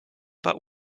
but